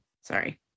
sorry